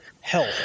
health